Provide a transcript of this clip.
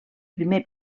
primer